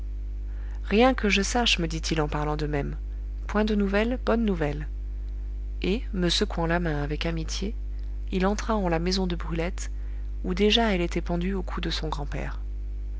rien que je sache me dit-il en parlant de même point de nouvelles bonnes nouvelles et me secouant la main avec amitié il entra en la maison de brulette où déjà elle était pendue au cou de son grand-père